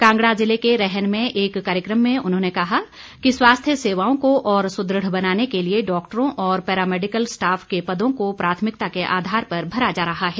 कांगड़ा जिले के रैहन में एक कार्यक्रम में उन्होंने कहा कि स्वास्थ्य सेवाओं को और सुदृढ़ बनाने के लिए डॉक्टरों और पैरामैडिकल स्टाफ के पदों को प्राथमिकता के आधार पर भरा जा रहा है